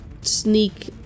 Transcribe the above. sneak